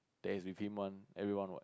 that's between one everyone what